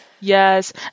yes